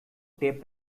tape